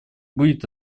будет